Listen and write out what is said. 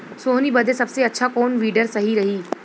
सोहनी बदे सबसे अच्छा कौन वीडर सही रही?